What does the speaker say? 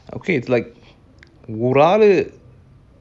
okay it's like without it